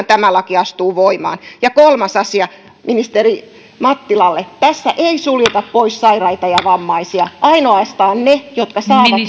tämä laki astuu voimaan ja kolmas asia ministeri mattilalle tässä ei suljeta pois sairaita ja vammaisia vaan ainoastaan he jotka saavat